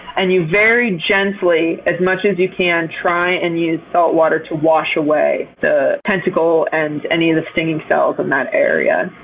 and you very gently, as much as you can, try and use saltwater to wash away the tentacle and any of the stinging cells in that area.